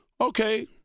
Okay